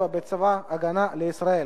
בצבא-הגנה לישראל